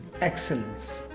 excellence